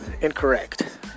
incorrect